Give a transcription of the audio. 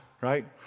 right